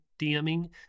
DMing